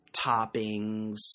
toppings